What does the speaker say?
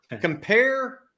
compare